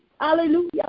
Hallelujah